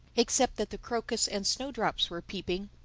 except that the crocus and snowdrops were peeping.